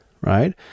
right